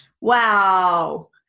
wow